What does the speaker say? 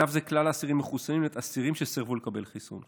באגף זה כלל האסירים מחוסנים למעט אסירים שסירבו לקבל חיסון.